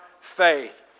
faith